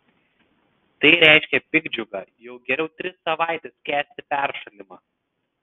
tai reiškia piktdžiugą jau geriau tris savaites kęsti peršalimą